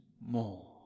more